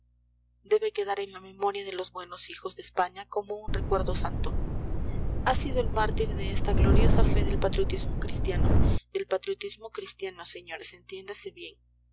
debe quedar en la memoria de los buenos hijos de españa como un recuerdo santo ha sido el mártir de esta gloriosa fe del patriotismo cristiano del patriotismo cristiano señores entiéndase bien